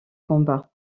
combat